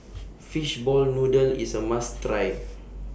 Fishball Noodle IS A must Try